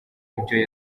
ibyo